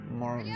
more